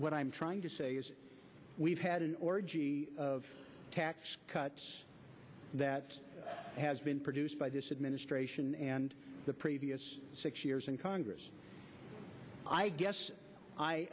what i'm trying to say is we've had an orgy of tax cuts that has been produced by this administration and the previous six years in congress i guess i